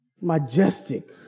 Majestic